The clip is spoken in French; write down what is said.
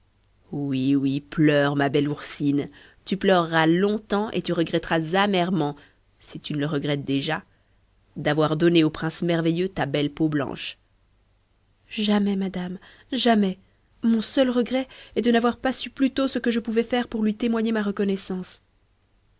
oui oui pleure ma belle oursine tu pleureras longtemps et tu regretteras amèrement si tu ne le regrettes déjà d'avoir donné au prince merveilleux ta belle peau blanche illustration la fée rageuse jamais madame jamais mon seul regret est de d'avoir pas su plus tôt ce que je pouvais faire pour lui témoigner ma reconnaissance